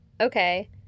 okay